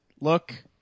look